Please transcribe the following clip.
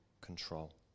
control